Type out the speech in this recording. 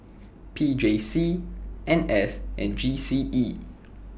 P J C N S and G C E